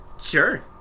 Sure